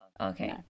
Okay